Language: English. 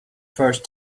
first